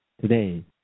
today